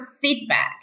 feedback